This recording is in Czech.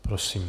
Prosím.